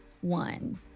one